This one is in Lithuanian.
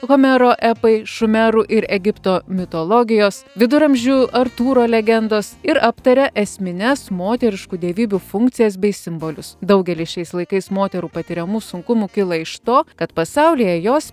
homero epai šumerų ir egipto mitologijos viduramžių artūro legendos ir aptaria esmines moteriškų dievybių funkcijas bei simbolius daugelis šiais laikais moterų patiriamų sunkumų kyla iš to kad pasaulyje jos